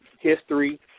history